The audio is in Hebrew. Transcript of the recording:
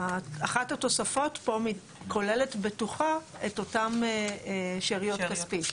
אחת התוספות פה כוללת בתוכה את אותם שאריות כספית.